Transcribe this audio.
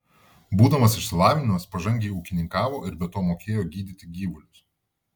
būdamas išsilavinęs pažangiai ūkininkavo ir be to mokėjo gydyti gyvulius